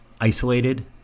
isolated